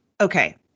okay